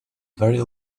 very